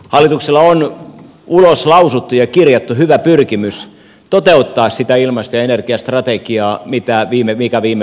hallituksella on uloslausuttu ja kirjattu hyvä pyrkimys toteuttaa sitä ilmasto ja energiastrategiaa mikä viime kaudella laadittiin